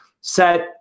set